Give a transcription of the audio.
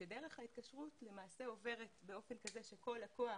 שדרך ההתקשרות עוברת באופן כזה שכל לקוח,